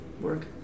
work